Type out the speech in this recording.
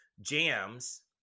jams